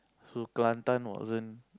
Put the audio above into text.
so Kelantan wasn't